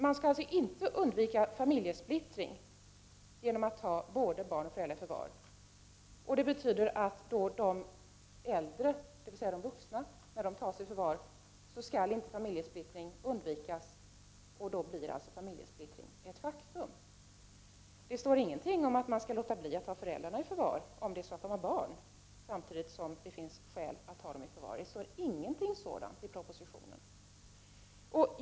Man skall alltså inte undvika familjesplittring genom att ta både barn och föräldrar i förvar. Det betyder att när de äldre, dvs. de vuxna, tas i förvar skall inte familjesplittring undvikas. Då blir alltså familjesplittring ett faktum. Det står ingenting om att man skall låta bli att ta föräldrarna i förvar, om det är så att de har barn samtidigt som det finns skäl att ta dem i förvar. Det står inget sådant i propositionen.